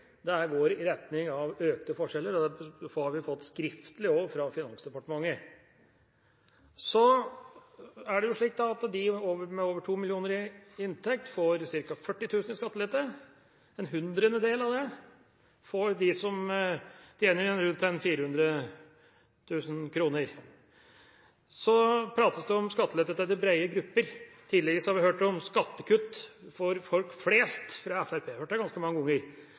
det her, som jeg har sagt ganske mange ganger, at dette går i retning av økte forskjeller, og det har vi fått skriftlig også fra Finansdepartementet. De med over 2 mill. kr i inntekt får ca. 40 000 kr i skattelette. 1/100-del av det får de som tjener rundt 400 000 kr. Så prates det om skattelette til de brede grupper. Tidligere har vi hørt om skattekutt for folk flest – vi har hørt det ganske mange ganger